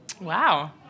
Wow